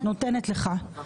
נותנת לך.